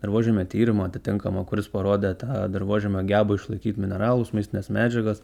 dirvožemio tyrimą atitinkamą kuris parodė tą dirvožemio gebą išlaikyt mineralus maistines medžiagas